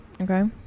Okay